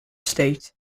state